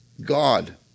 God